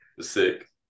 Sick